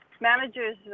manager's